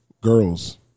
girls